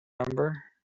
number